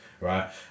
right